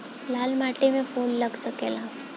लाल माटी में फूल लाग सकेला?